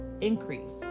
increase